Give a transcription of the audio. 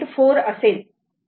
4 असेल